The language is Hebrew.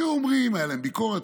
הייתה להם ביקורת,